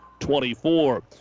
24